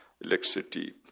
electricity